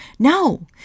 No